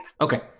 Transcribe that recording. okay